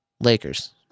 Lakers